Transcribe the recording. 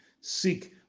seek